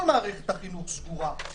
כל מערכת החינוך סגורה.